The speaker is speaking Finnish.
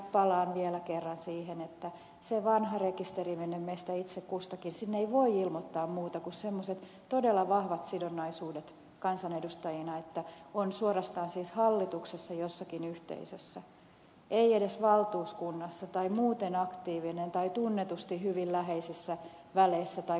palaan vielä kerran siihen että sinne vanhaan rekisteriin meistä itse kustakin ei voi ilmoittaa muuta kuin semmoiset todella vahvat sidonnaisuudet kansanedustajina että on suorastaan siis hallituksessa jossakin yhteisössä ei edes valtuuskunnassa tai muuten aktiivinen tai tunnetusti hyvin läheisissä väleissä tai kanssakäymisissä